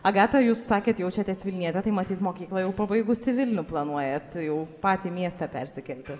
agata jūs sakėt jaučiatės vilnietė tai matyt mokyklą jau pabaigus į vilnių planuojat jau patį miestą persikelti